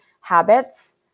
habits